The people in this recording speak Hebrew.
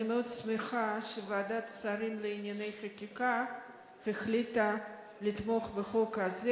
אני מאוד שמחה שוועדת השרים לענייני חקיקה החליטה לתמוך בחוק הזה.